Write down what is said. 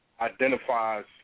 identifies